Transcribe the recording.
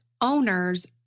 owners